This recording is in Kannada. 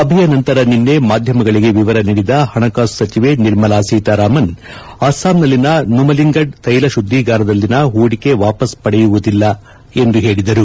ಸಭೆಯ ನಂತರ ನಿನ್ನೆ ಮಾಧ್ಯಮಗಳಿಗೆ ವಿವರ ನೀಡಿದ ಹಣಕಾಸು ಸಚಿವೆ ನಿರ್ಮಲಾ ಸೀತಾರಾಮನ್ ಅಸ್ಸಾಂನಲ್ಲಿನ ನುಮಲೀಗಢ್ ತೈಲ ಶುದ್ದೀಗಾರದಲ್ಲಿನ ಹೂಡಿಕೆ ವಾಪಸ್ ಪಡೆಯುವುದಿಲ್ಲ ಎಂದು ಹೇಳಿದರು